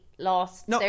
lost